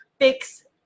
fix